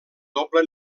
doble